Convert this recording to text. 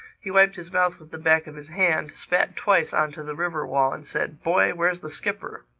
he wiped his mouth with the back of his hand, spat twice on to the river-wall and said, boy, where's the skipper?